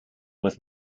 with